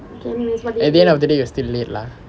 at the end of the day you are still late lah